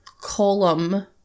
column